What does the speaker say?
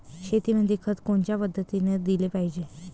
शेतीमंदी खत कोनच्या पद्धतीने देलं पाहिजे?